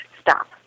stop